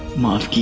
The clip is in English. mosque